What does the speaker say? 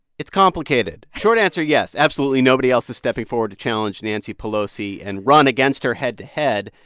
it's complicated. short answer, yes. absolutely nobody else is stepping forward to challenge nancy pelosi and run against her head to head.